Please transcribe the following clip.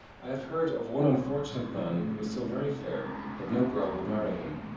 i have heard of one unfortunate man who was so very fair that no girl would marry him.